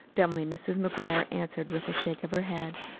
dumbly mrs. mcguire answered with a shake of her head.